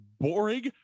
boring